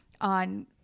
on